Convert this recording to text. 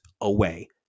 away